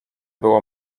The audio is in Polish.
było